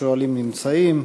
השואלים נמצאים.